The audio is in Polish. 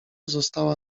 została